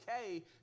okay